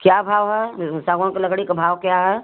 क्या भाव है सागवन के लकड़ी का भाव क्या है